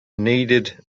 needed